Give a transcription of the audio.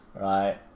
right